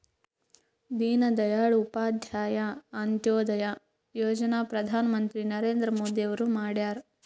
ದೀನ ದಯಾಳ್ ಉಪಾಧ್ಯಾಯ ಅಂತ್ಯೋದಯ ಯೋಜನಾ ಪ್ರಧಾನ್ ಮಂತ್ರಿ ನರೇಂದ್ರ ಮೋದಿ ಅವ್ರು ಮಾಡ್ಯಾರ್